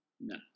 no